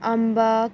अम्बक